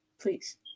Please